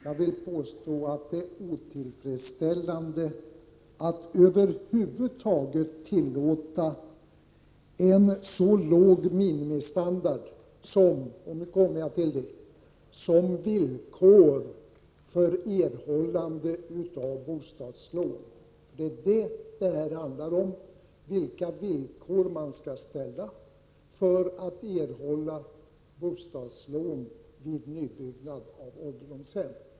Jag vill påstå att det är otillfredsställande att över huvud taget tillåta en så låg minimistandard som — och nu kommer jag till det väsentliga — villkor för erhållande av bostadslån. Det är detta som det handlar om: vilka villkor som man skall ställa för erhållande av bostadslån vid nybyggnad av ålderdomshem.